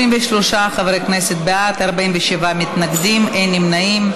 33 חברי כנסת בעד, 47 מתנגדים, אין נמנעים.